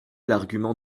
l’argument